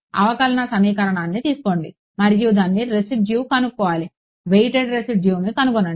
అవకలన సమీకరణాన్ని తీసుకోండి మరియు దాని రెసిడ్యు కనుక్కోవాలి వెయిటెడ్ రెసిడ్యును కనుగొనండి